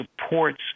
supports